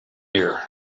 here